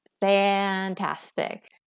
fantastic